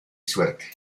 suerte